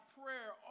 prayer